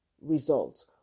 result